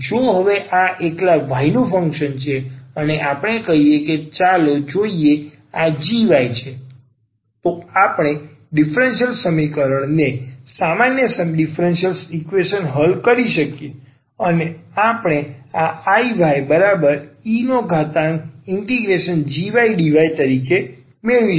તેથી જો હવે આ એકલા y નું ફંક્શન છે અને આપણે કહીએ કે ચાલો જોઈએ આ g y છે તો આપણે આ ડિફરન્સલ સમીકરણ ને ફરી આ સામાન્ય ડિફરન્સલ ઇક્વેશન હલ કરી શકીએ અને આપણે આ Iye∫gydy તરીકે મેળવી શકીએ